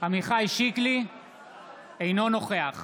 אינו נוכח